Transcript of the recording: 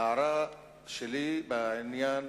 ההערה שלי היא בעניין